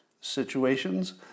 situations